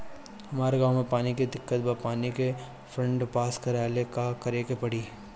हमरा गॉव मे पानी के दिक्कत बा पानी के फोन्ड पास करेला का करे के पड़ी?